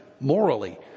morally